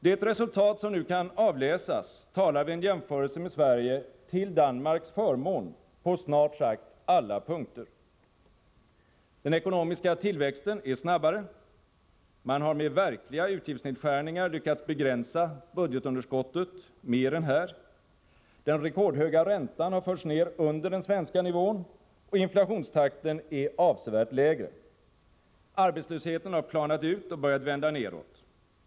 Det resultat som nu kan avläsas talar vid en jämförelse med Sverige till Danmarks förmån på snart sagt alla punkter. Den ekonomiska tillväxten är snabbare. Man har med verkliga utgiftsnedskärningar lyckats begränsa budgetunderskottet mer än här. Den rekordhöga räntan har förts ned under den svenska nivån, och inflationstakten är avsevärt lägre. Arbetslösheten har planat ut och börjat vända nedåt.